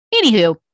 Anywho